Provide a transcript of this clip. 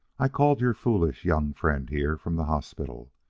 i called your foolish young friend here from the hospital.